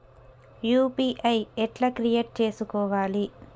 UPI ఎట్లా create చేసుకోవాలి?